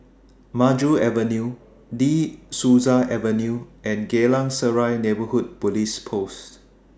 Maju Avenue De Souza Avenue and Geylang Serai Neighbourhood Police Post